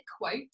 quote